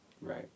Right